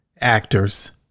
actors